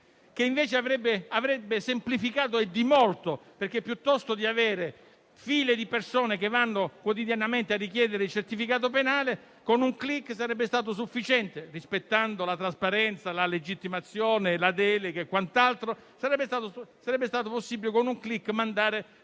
che andrebbe semplificato e di molto, in quanto piuttosto che avere file di persone che vanno quotidianamente a richiedere il certificato penale, con un semplice *click* (rispettando la trasparenza, la legittimazione, la delega e quant'altro) sarebbe stato possibile mandare